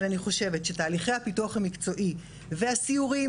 אני חושבת שתהליכי הפיתוח המקצועי והסיורים,